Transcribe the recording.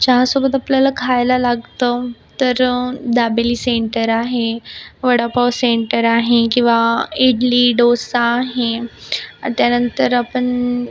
चहासोबत आपल्याला खायला लागतं तर दाबेली सेंटर आहे वडापाव सेंटर आहे किंवा इडली डोसा आहे त्यानंतर आपण